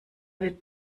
will